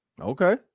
Okay